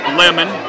lemon